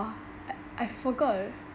!wah! I forgot